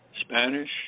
spanish